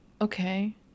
okay